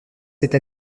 cette